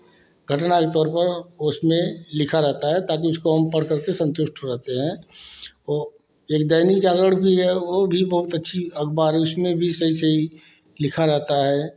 घटना तौर पर उसमें लिखा रहता है ताकि उसको हम पढ़ करके संतुष्ट रहते हैं वह एक दैनिक जागरण भी है वह भी बहुत अच्छी अखबार उस में भी सही सही लिखा रहता है